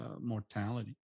mortality